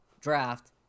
draft